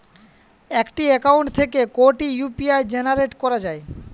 একটি অ্যাকাউন্ট থেকে কটি ইউ.পি.আই জেনারেট করা যায়?